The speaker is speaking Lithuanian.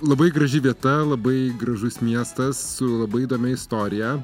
labai graži vieta labai gražus miestas su labai įdomia istorija